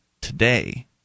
today